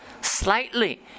slightly